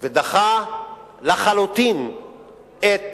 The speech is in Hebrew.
ודחה לחלוטין את